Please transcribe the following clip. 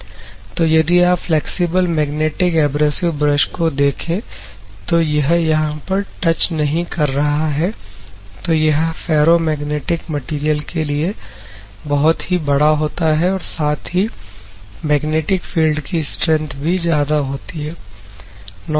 तो यदि आप फ्लेक्सिबल मैग्नेटिक एब्रेसिव ब्रश को देखें तो यह यहां पर टच नहीं कर रहा है तो यह फेरोमैग्नेटिक मैटेरियल के लिए बहुत ही बड़ा होता है और साथ ही मैग्नेटिक फील्ड की स्ट्रेंथ भी ज्यादा होती है